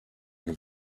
been